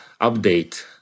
update